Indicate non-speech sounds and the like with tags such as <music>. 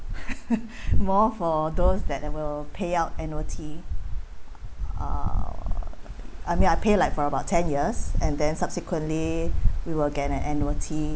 <laughs> <breath> more for those that will pay out annuity uh I mean I pay like for about ten years and then subsequently we will get an annuity